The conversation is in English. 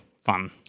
fun